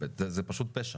זה פשוט פשע,